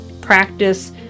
practice